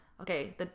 okay